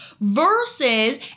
versus